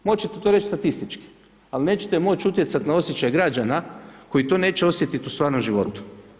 Moć ćete to reći statistički, al nećete moć utjecat na osjećaj građana koji to neće osjetit u stvarnom životu.